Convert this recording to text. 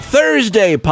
Thursday